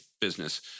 business